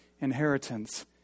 inheritance